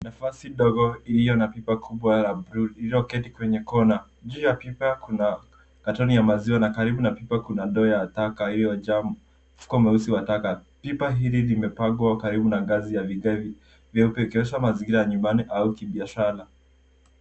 Nafasi ndogo iliyo na pipa kubwa la buluu lilloketi kwenye kona. Juu ya pipa kuna katoni ya maziwa na karibu na pipa kuna ndoo ya taka iliyojaa mfuko mweusi wa taka. Pipa hili limepangwa karibu na ngazi ya vigae vyeupe ikionyesha mazingira ya nyumbani au kibiashara.